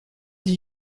die